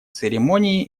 церемонии